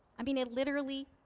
i mean, it literally